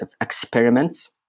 experiments